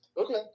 Okay